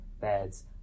beds